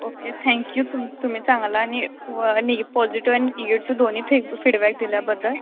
okay thank you तुम तुम्ही चांगला आणि पॉ निगे पॉझिटिव्ह आणि निगेटिव दोन्ही फी फीडबॅक दिल्याबद्दल